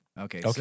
Okay